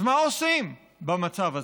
אז מה עושים במצב הזה?